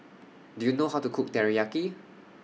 Do YOU know How to Cook Teriyaki